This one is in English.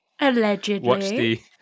Allegedly